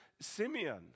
Simeon